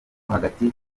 hagati